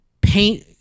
paint